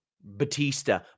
Batista